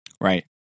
right